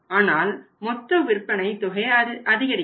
ஆனால் மொத்த விற்பனை தொகை அதிகரிக்கும்